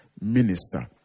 minister